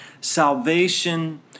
salvation